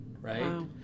right